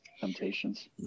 temptations